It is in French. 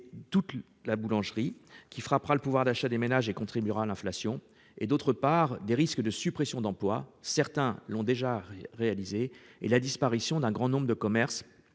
toute la boulangerie qui frappera le pouvoir d'achat des ménages et contribuera à l'inflation et d'autre part des risques de suppressions d'emplois, certains l'ont déjà réalisé et la disparition d'un grand nombre de commerces.